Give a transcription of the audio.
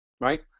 right